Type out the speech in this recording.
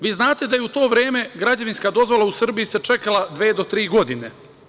Vi znate da se u to vreme građevinska dozvola u Srbiji čekala se dve do tri godine.